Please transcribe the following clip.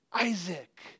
Isaac